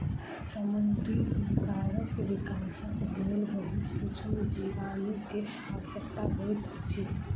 समुद्री सीवरक विकासक लेल बहुत सुक्ष्म जीवाणु के आवश्यकता होइत अछि